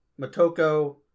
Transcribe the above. Matoko